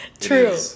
True